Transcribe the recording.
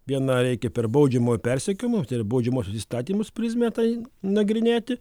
viena reikia per baudžiamojo persekiojimo tai yra baudžiamuosius įstatymus prizmę tai nagrinėti